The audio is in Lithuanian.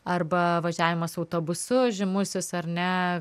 arba važiavimas autobusu žymusis ar ne